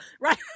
Right